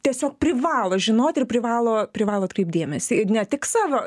tiesiog privalo žinoti ir privalo privalo atkreipti dėmesį ne tik savo